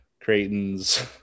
Creighton's